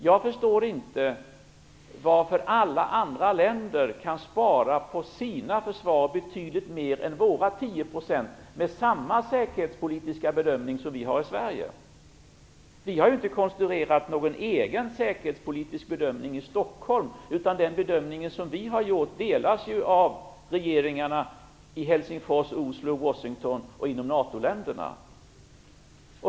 Jag förstår inte varför alla andra länder kan spara på sina försvar betydligt mera än våra 10 % med samma säkerhetspolitiska bedömning som vi har i Sverige. Vi har inte konstruerat någon egen säkerhetspolitisk bedömning i Stockholm. Den bedömning vi har gjort delas av regeringarna i Helsingfors, Oslo, Washington och i NATO-länderna.